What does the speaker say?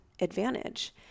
advantage